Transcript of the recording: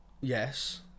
Yes